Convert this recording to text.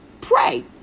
Pray